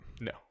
no